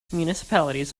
municipalities